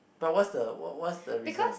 but what's the what what's the reason